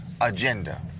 agenda